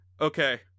Okay